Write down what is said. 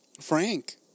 Frank